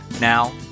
Now